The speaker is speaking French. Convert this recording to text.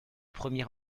premier